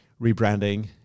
rebranding